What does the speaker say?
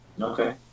Okay